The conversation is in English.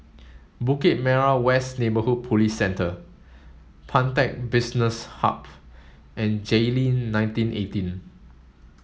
Bukit Merah West Neighbourhood Police Centre Pantech Business Hub and Jayleen nineteen eighteen